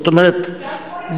זאת אומרת,